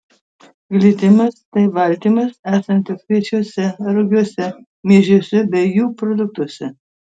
glitimas tai baltymas esantis kviečiuose rugiuose miežiuose bei jų produktuose